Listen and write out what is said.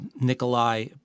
Nikolai